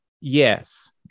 yes